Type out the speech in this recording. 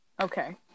Okay